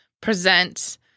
present